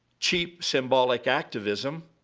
cheap symbolic activism,